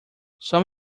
some